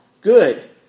good